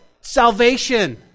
Salvation